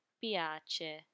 piace